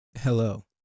Hello